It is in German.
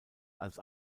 als